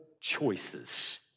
choices